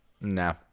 No